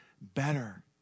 better